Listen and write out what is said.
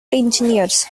engineers